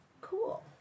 Cool